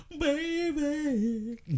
baby